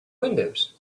windows